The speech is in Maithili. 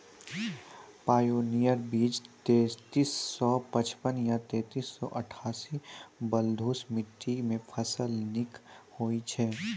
पायोनियर बीज तेंतीस सौ पचपन या तेंतीस सौ अट्ठासी बलधुस मिट्टी मे फसल निक होई छै?